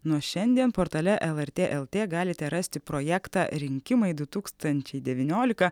nuo šiandien portale lrt lt galite rasti projektą rinkimai du tūkstančiai devyniolika